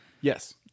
Yes